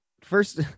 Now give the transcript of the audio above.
first